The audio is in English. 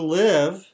live